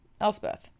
Elspeth